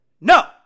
No